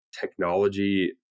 technology